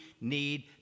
need